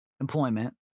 employment